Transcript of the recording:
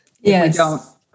yes